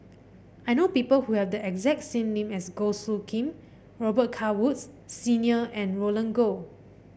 I know people who have the exact same name as Goh Soo Khim Robet Carr Woods Senior and Roland Goh